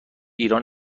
ایران